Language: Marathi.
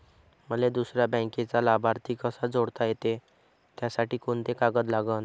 मले दुसऱ्या बँकेचा लाभार्थी कसा जोडता येते, त्यासाठी कोंते कागद लागन?